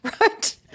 right